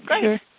sure